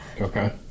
Okay